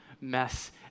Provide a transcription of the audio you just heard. mess